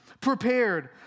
prepared